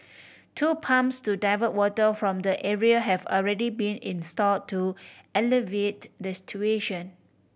two pumps to divert water from the area have already been install to alleviate the situation